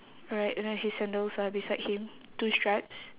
alright then his sandals are beside him two straps